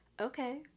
okay